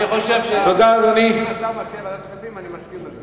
אני חושב, השר מציע ועדת הכספים, אני מסכים לזה.